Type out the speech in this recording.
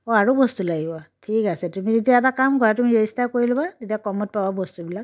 অঁ আৰু বস্তু লাগিব ঠিক আছে তুমি তেতিয়া এটা কাম কৰা তুমি ৰেজিষ্টাৰ কৰি ল'বা তেতিয়া কমত পাবা বস্তুবিলাক